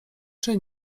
czy